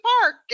park